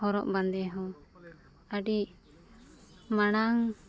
ᱦᱚᱨᱚᱜ ᱵᱟᱸᱫᱮ ᱦᱚᱸ ᱟᱹᱰᱤ ᱢᱟᱲᱟᱝ